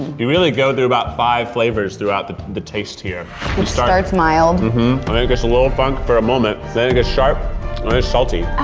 you really go through about five flavors throughout the the taste here. it starts mild. then but it gets a little funky for a moment. then it gets sharp and it's salty.